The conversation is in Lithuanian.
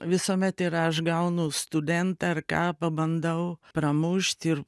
visuomet ir aš gaunu studentą ar ką bandau pramušti ir